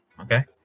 Okay